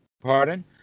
Pardon